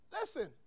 Listen